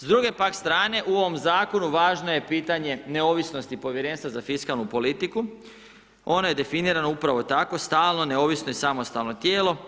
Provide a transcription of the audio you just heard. S druge pak strane u ovom zakonu, važno je pitanje neovisnosti povjerenstva za fiskalnu politiku, ono je definirano upravo tako, stalno, neovisno i samostalno tijelo.